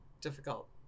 Difficult